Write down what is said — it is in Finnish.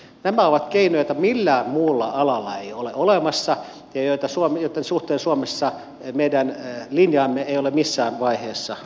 nämä ovat keinoja joita millään muulla alalla ei ole olemassa ja joitten suhteen suomessa meidän linjaamme ei ole missään vaiheessa muutettu